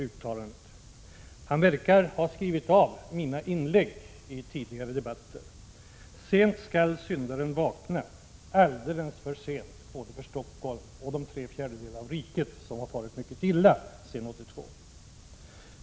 Det verkar som om industriministern skrivit av mina inlägg i tidigare debatter. Sent skall syndarn vakna — alldeles för sent både för Stockholm och för de tre fjärdedelar av riket som har farit mycket illa sedan 1982.